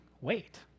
wait